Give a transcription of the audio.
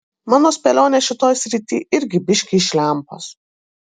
mano spėlionės šitoj srity irgi biškį iš lempos